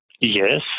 Yes